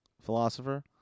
philosopher